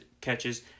catches